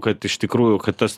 kad iš tikrųjų kad tas